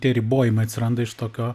tie ribojimai atsiranda iš tokio